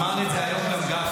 אמר את זה היום גם גפני.